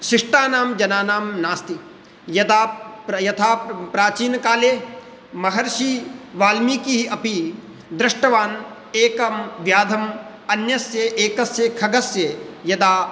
शिष्टानां जनानां नास्ति यदा प्रयथा प्राचीनकाले महर्षिवाल्मीकिः अपि दृष्टवान् एकं व्याधम् अन्यस्य एकस्य खगस्य यदा